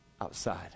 outside